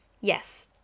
Yes